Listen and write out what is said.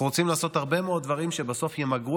אנחנו רוצים לעשות הרבה מאוד דברים שבסוף ימגרו